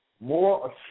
more